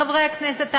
חברי הכנסת הערבים,